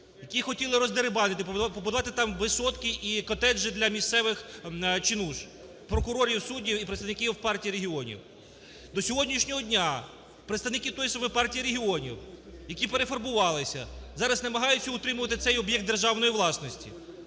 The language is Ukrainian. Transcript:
який хотіли роздерибанити, побудувати там висотки і котеджі для місцевих чинуш: прокурорів, суддів і представників Партії регіонів. До сьогоднішнього дня представники тої саме Партії регіонів, які перефарбувалися, зараз намагаються утримувати цей об'єкт державної власності.